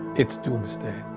it's doomsday,